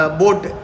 boat